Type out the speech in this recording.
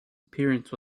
appearance